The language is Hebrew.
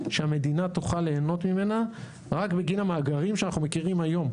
שהמדינה תוכל ליהנות ממנה רק בגין המאגרים שאנחנו מכירים היום.